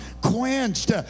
quenched